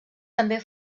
també